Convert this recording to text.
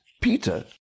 Peter